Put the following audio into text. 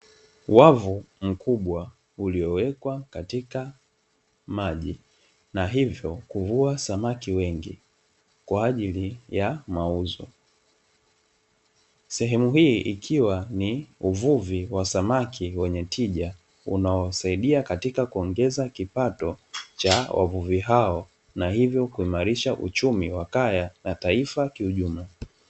Wavu mkubwa uliowekwa katika maji na hivyo kuvua samaki wengi kwa ajili ya mauzo sehemu hii ikiwa ni uvuvi wa samaki wenye tija unaosaidia katika kuongeza kipato cha wavuvi hao na hivyo kuimarisha uchumi wa kaya na taifa kwa ujumla.